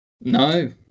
No